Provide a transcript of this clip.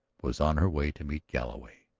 was on her way to meet galloway.